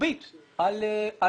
רוחבית על הוועדות,